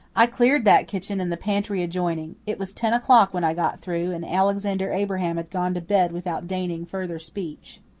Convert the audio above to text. i cleared that kitchen and the pantry adjoining. it was ten o'clock when i got through, and alexander abraham had gone to bed without deigning further speech.